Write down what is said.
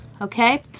Okay